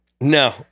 No